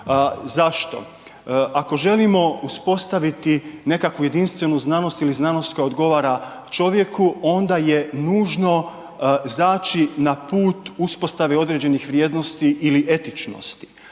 Zašto? Ako želimo uspostaviti nekakvu jedinstvenu znanost ili znanost koja odgovara čovjeku, onda je nužno zaći na put uspostave određenih vrijednosti ili etičnosti.